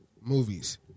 movies